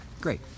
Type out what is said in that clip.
great